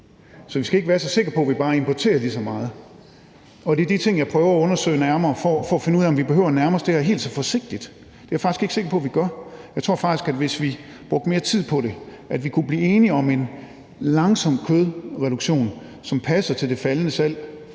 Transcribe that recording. så vi skal ikke være så sikre på, at vi bare importerer lige så meget. Og det er de ting, jeg prøver at undersøge nærmere for at finde ud af, om vi behøver at nærme os det her helt så forsigtigt. Det er jeg faktisk ikke sikker på at vi gør. Jeg tror faktisk, at vi, hvis vi brugte mere tid på det, kunne blive enige om en langsom reduktion af kødproduktionen, som passer til det faldende kødsalg